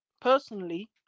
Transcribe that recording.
personally